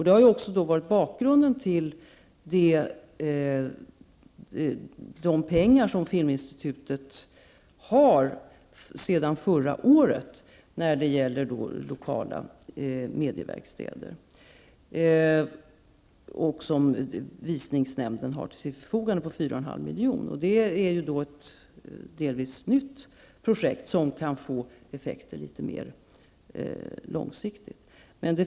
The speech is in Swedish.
Det har också varit bakgrunden till att Filminstitutet sedan förra året har pengar till lokala medieverkstäder, 4,5 milj.kr. som visningsnämnden har till sitt förfogande. Det är ett delvis nytt projekt, som kan få effekter mera långsiktigt. Om Ewa Hedkvist Petersen inte misstycker, vill jag säga att det finns frågor som är av större dignitet när det gäller svensk filmproduktion över huvud taget.